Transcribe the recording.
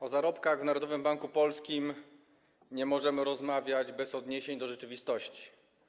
O zarobkach w Narodowym Banku Polskim nie możemy rozmawiać bez odniesień do rzeczywistości.